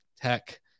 tech